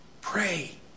Pray